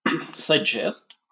suggest